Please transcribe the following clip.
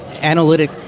analytic